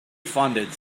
funded